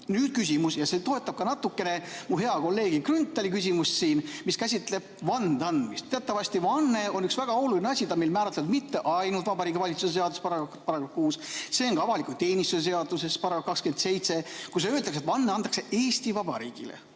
Nüüd küsimus. See toetab ka natukene mu hea kolleegi Grünthali küsimust, mis käsitleb vande andmist. Teatavasti vanne on üks väga oluline asi, mis on meil määratletud mitte ainult Vabariigi Valitsuse seaduses, § 6, vaid see on ka avaliku teenistuse seaduses § 27, kus öeldakse, et vanne antakse Eesti Vabariigi